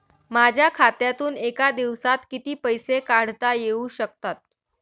माझ्या खात्यातून एका दिवसात किती पैसे काढता येऊ शकतात?